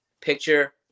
picture